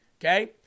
Okay